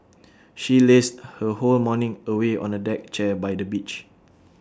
she lazed her whole morning away on A deck chair by the beach